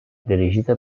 dirigida